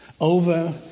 Over